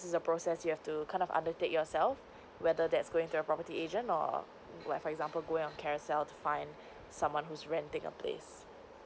is a process you have to kind of undertake yourself whether that's going to a property agent or like for example go on carousel to fine someone who's renting a place